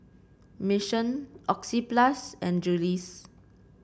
Mission Oxyplus and Julie's